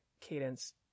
cadence